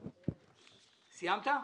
סיימת?